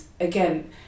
again